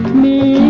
me